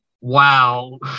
wow